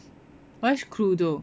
what's Cluedo